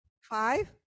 five